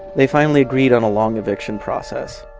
they finally agreed on a long eviction process.